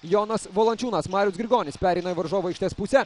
jonas valančiūnas marius grigonis pereina į varžovų aikštės pusę